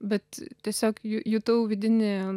bet tiesiog jutau vidinį